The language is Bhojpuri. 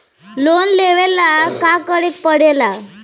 लोन लेबे ला का करे के पड़े ला?